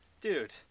dude